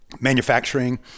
manufacturing